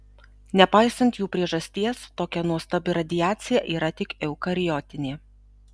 nepaisant jų priežasties tokia nuostabi radiacija yra tik eukariotinė